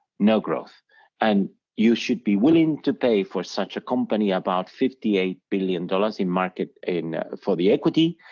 no growth and you should be willing to pay for such a company about fifty eight billion dollars in market paying and for the equity,